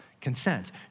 consent